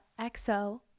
XO